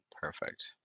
Perfect